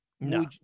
No